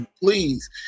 Please